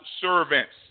servants